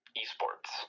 esports